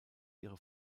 ihre